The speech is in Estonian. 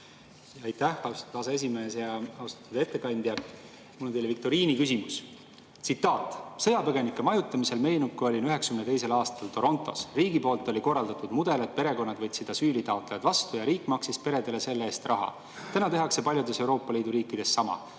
Aitäh, austatud aseesimees! Austatud ettekandja! Mul on teile viktoriiniküsimus. Tsitaat: "Sõjapõgenike majutamisel meenub, kui olin 1992. aastal Torontos. Riigi poolt oli korraldatud mudel, et perekonnad võtsid asüülitaotlejad vastu ja riik maksis peredele selle eest raha. Täna tehakse paljudes Euroopa Liidu riikides sama.